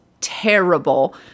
terrible